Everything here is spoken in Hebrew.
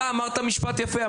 אתה אמרת משפט יפה,